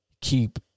keep